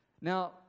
Now